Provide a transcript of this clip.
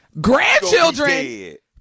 grandchildren